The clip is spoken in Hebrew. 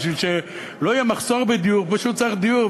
בשביל שלא יהיה מחסור בדיור פשוט צריך דיור,